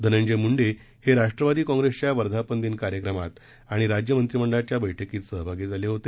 धनंजय मुंडे हे राष्ट्रवादी काँप्रेसच्या वर्धापन दिन कार्यक्रमात आणि राज्य मंत्रिमंडळाच्या बैठकीत सहभागी झाले होते